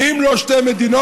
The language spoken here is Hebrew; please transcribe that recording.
כי אם לא שתי מדינות,